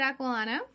Aquilano